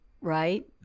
right